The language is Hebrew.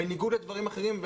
בניגוד לדברים אחרים,